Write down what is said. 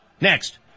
Next